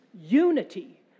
unity